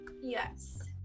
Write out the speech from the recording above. yes